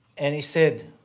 and he said,